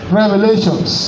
revelations